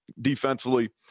defensively